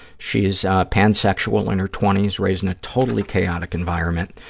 she is pansexual, in her twenty s, raised in a totally chaotic environment.